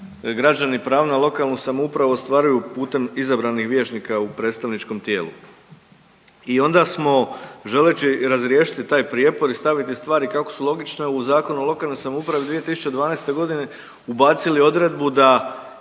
građani pravo na lokalnu samoupravu ostvaruju putem izabranih vijećnika u predstavničkom tijelu. I onda smo želeći razriješiti taj prijepor i staviti stvari kako su logične u Zakonu o lokanoj samoupravi 2012.g. ubacili odredbu da